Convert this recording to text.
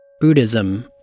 Buddhism